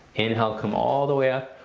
inhale, come all the way up.